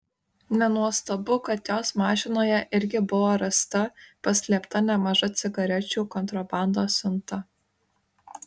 nenuostabu kad jos mašinoje irgi buvo rasta paslėpta nemaža cigarečių kontrabandos siunta